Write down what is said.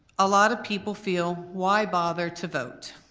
a lot of people feel why bother to vote?